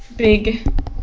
Big